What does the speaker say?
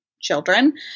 children